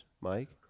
Mike